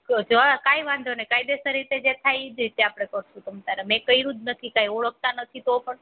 જો જો કાંઈ વાંધો નહીં કાયદેસર રીતે જે થાય એ જ રીતે આપણે કરીશું તમ તમારે મેં કર્યું જ નથી કંઈ ઓળખતા જ નથી તો પણ